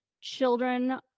children